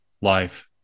life